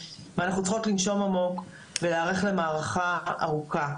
ואנחנו צריכות לנשום עמוק ולהיערך למערכה ארוכה.